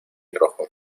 rojo